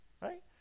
right